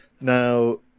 now